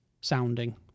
sounding